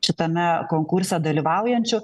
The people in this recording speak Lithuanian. šitame konkurse dalyvaujančių